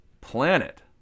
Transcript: planet